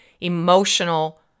emotional